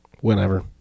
Whenever